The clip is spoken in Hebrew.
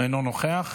אינו נוכח.